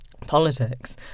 politics